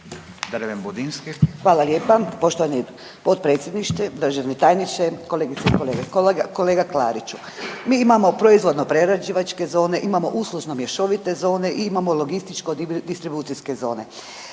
Hvala lijepa poštovani potpredsjednište, državni tajniče, kolegice i kolege. Kolega Klariću, mi imamo proizvodno-prerađivačke zone, imamo uslužno-mješovite zone i imamo logističko-distribucijske zone